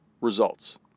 results